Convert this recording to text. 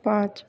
पाँच